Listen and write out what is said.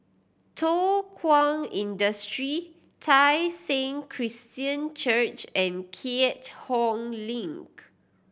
Thow Kwang Industry Tai Seng Christian Church and Keat Hong Link